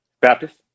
Baptist